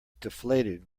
deflated